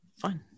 Fine